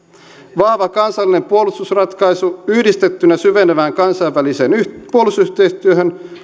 vahva kansallinen puolustusratkaisu yhdistettynä syvenevään kansainväliseen puolustusyhteistyöhön